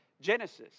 Genesis